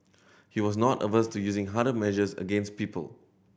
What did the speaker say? he was not averse to using harder measures against people